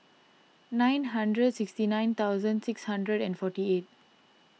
nine hundred sixty nine thousand six hundred and forty eight